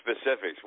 specifics